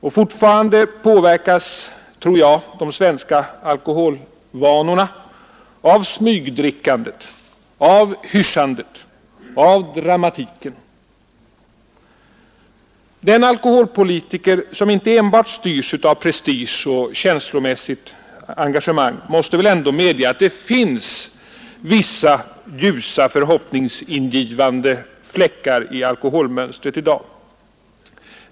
Och fortfarande påverkas, tror jag, de svenska alkoholvanorna av smygdrickandet, av hyssjandet, av dramatiken. Den alkoholpolitiker som inte enbart styrs av prestige och känslomässigt engagemang måste väl ändå medge att det finns visa ljusa, förhoppningsingivande fläckar i alkoholmönstret i dag.